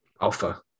alpha